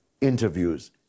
interviews